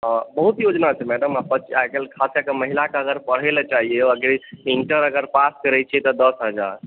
बहुत योजना छै मैडम आइ काल्हि ख़ास कए कऽ महिला अगर पढ़य लए चाहिया इंटर अगर पास करै छियै तऽ दश हज़ार